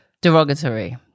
derogatory